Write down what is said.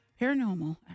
Paranormal